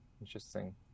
Interesting